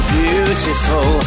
beautiful